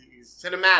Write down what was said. cinematic